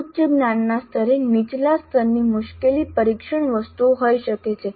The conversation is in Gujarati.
ઉચ્ચ જ્ઞાનના સ્તરે નીચલા સ્તરની મુશ્કેલી પરીક્ષણ વસ્તુઓ હોઈ શકે છે